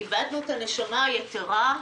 איבדנו את הנשמה היתרה.